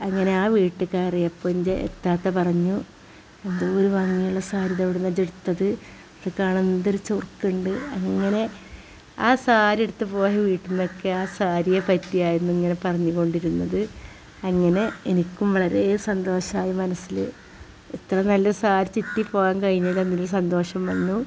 അങ്ങനെ ആ വീട്ടില് കയറിയപ്പോള് എൻ്റെ ഇത്താത്ത പറഞ്ഞു എന്തോരു ഭംഗിയുള്ള സാരി ഇതെവിടെ നിന്നാണ് ജ്ജ് എടുത്തത് അന്നെ കാണാൻ എന്തൊരു ചൊറുക്കുണ്ട് അങ്ങനെ ആ സാരി ഉടുത്തുപോയ വീട്ടിലൊക്കെ ആ സാരിയെ പറ്റിയായിരുന്നു ഇങ്ങനെ പറഞ്ഞുംകൊണ്ടിരുന്നത് അങ്ങനെ എനിക്കും വളരെ സന്തോഷമായി മനസ്സില് ഇത്ര നല്ല സാരി ചിറ്റിപ്പോവാൻ കഴിഞ്ഞതിൽ അതിലും സന്തോഷം വന്നു